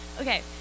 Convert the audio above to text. Okay